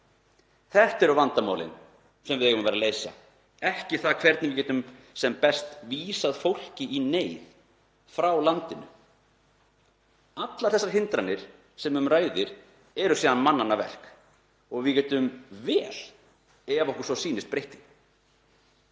Þetta eru vandamálin sem við eigum að leysa, ekki það hvernig við getum sem best vísað fólki í neyð frá landinu. Allar þessar hindranir sem um ræðir eru síðan mannanna verk og við getum vel, ef okkur sýnist, breytt